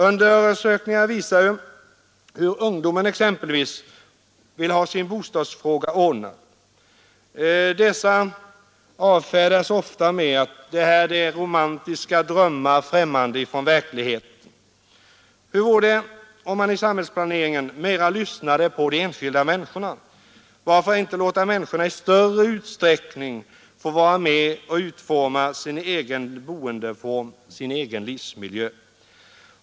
Undersökningar visar hur exempelvis ungdomen vill ha sin bostadsfråga ordnad. Dessa önskemål avfärdas ofta med att de är romantiska drömmare, främmande för verkligheten. Hur vore det om man i samhällsplaneringen lyssnade mera på de enskilda människorna? Varför inte låta människorna i större utsträckning få vara med och utforma sin egen boendeform, sin egen livsmiljö?